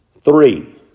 three